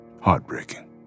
heartbreaking